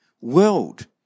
world